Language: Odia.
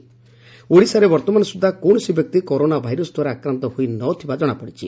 ଆମ ରାକ୍ୟ ଓଡିଶାରେ ବର୍ଭମାନ ସୁଦ୍ଧା କୌଣସି ବ୍ୟକ୍ତି କରୋନା ଭାଇରସ୍ ଦ୍ୱାରା ଆକ୍ରାନ୍ତ ହୋଇ ନ ଥିବା ଜଣାପଡିଛି